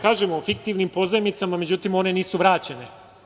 Kažemo, o fiktivnim pozajmicama, međutim one nisu vraćene.